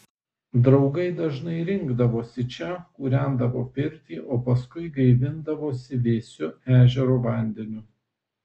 draugai dažnai rinkdavosi čia kūrendavo pirtį o paskui gaivindavosi vėsiu ežero vandeniu